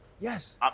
Yes